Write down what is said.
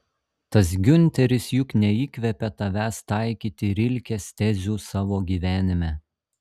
tas giunteris juk neįkvėpė tavęs taikyti rilkės tezių savo gyvenime